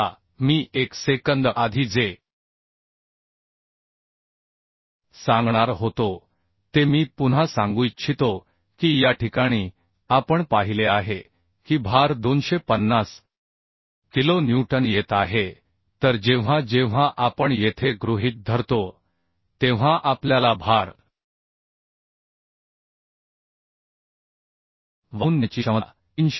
आता मी एक सेकंद आधी जे सांगणार होतो ते मी पुन्हा सांगू इच्छितो की या ठिकाणी आपण पाहिले आहे की भार 250 किलो न्यूटन येत आहे तर जेव्हा जेव्हा आपण येथे गृहित धरतो तेव्हा आपल्याला भार वाहून नेण्याची क्षमता 308